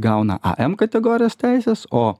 gauna a m kategorijos teises o